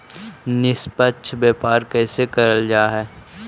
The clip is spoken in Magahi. निष्पक्ष व्यापार कइसे करल जा हई